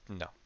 No